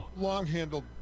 Long-handled